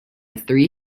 three